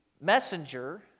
Messenger